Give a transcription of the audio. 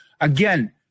Again